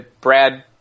Brad